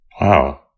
Wow